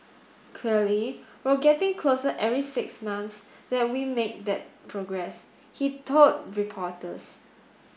clearly we're getting closer every six months that we make that progress he told reporters